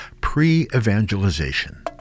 pre-evangelization